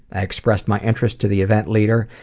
expressed my interest to the event leader,